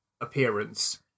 appearance